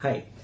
Hi